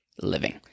living